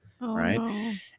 right